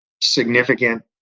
significant